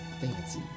Fancy